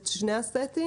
את שני הסטים.